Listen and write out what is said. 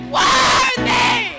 worthy